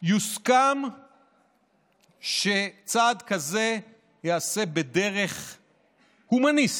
יוסכם שצעד כזה ייעשה בדרך הומניסטית,